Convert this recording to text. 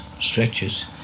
stretches